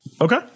Okay